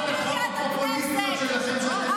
הדמוקרטיה כשהדמוקרטיה לא פעלה כמו שהם רוצים,